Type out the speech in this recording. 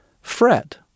fret